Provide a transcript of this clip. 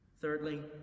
Thirdly